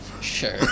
Sure